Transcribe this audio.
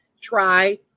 try